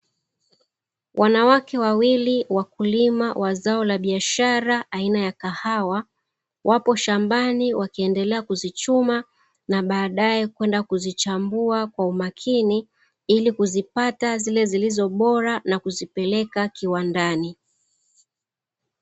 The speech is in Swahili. Wanawake wawili wakulima wa zao la biashara aina ya kahawa wapo shambani, wakiendelea kuzichuma na baadae kwenda kuzichambua kwa umakini ili kuzipata zile zilizobora na kuzipeleka kiwandani.